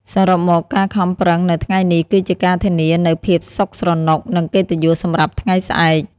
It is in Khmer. សរុបមក ការខំប្រឹងនៅថ្ងៃនេះ គឺជាការធានានូវភាពសុខស្រណុក និងកិត្តិយសសម្រាប់ថ្ងៃស្អែក។